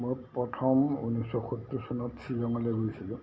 মই প্ৰথম ঊনৈছশ সত্তৰ চনত শ্বিলঙলৈ গৈছিলোঁ